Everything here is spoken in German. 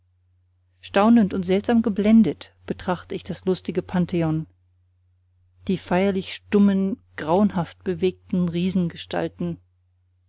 staunend und seltsam geblendet betracht ich das luftige pantheon die feierlich stummen graunhaft bewegten